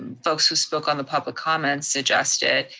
and folks who spoke on the public comment suggested,